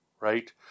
right